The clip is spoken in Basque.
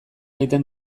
egiten